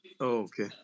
Okay